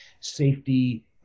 safety